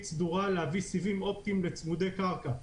סדורה להביא סיבים אופטיים בצמודי קרקע.